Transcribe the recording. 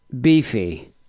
Beefy